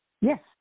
Yes